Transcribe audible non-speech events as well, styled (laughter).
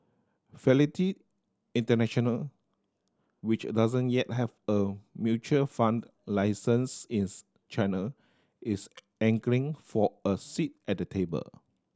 (unintelligible) International which doesn't yet have a mutual fund license in (unintelligible) China is angling for a seat at the table